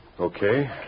Okay